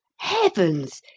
heavens!